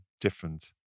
different